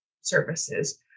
services